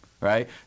right